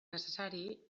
necessari